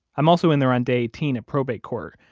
i'm also in there on day eighteen at probate court,